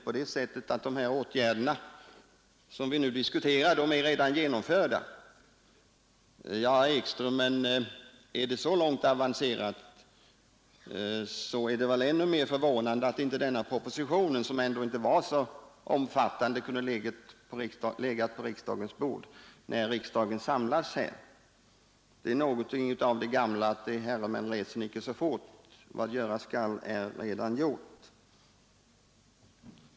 Ja, herr Ekström, har de de åtgärder vi diskuterar avancerat så långt, så är det väl ännu mer förvånande att inte propositionen, som ju ändå inte är så omfattande, kunde ha legat på riksdagens bord när riksdagen samlades. Det finns i detta någonting av det gamla: Vad göras skall är allaredan gjort I herredagsmän reser icke så fort!